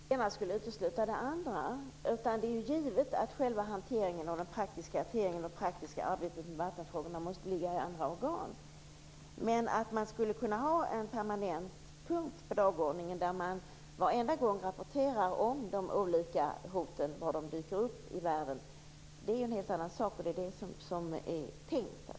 Herr talman! Tanken var inte att det ena skulle utesluta det andra. Det är ju givet att själva hanteringen och det praktiska arbetet med vattenfrågorna måste ligga i andra organ. Men att man skulle kunna ha en permanent punkt på dagordningen där man varje gång rapporterade om de olika hot som dyker upp i världen, är ju en helt annan sak. Det är det som är tanken.